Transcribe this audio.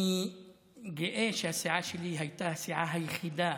אני גאה שהסיעה שלי הייתה הסיעה היחידה